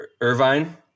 Irvine